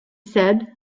said